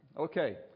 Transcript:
Okay